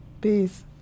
Peace